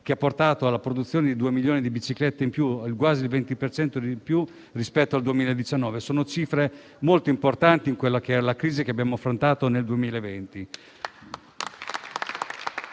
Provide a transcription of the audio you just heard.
che ha portato alla produzione di 2 milioni di biciclette in più (quasi il 20 per cento in più) rispetto al 2019. Sono cifre molto importanti nel periodo di crisi che abbiamo affrontato nel 2020.